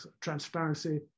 transparency